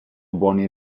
buoni